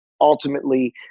ultimately